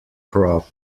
crop